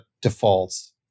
defaults